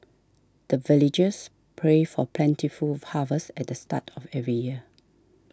the villagers pray for plentiful harvest at the start of every year